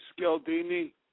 Scaldini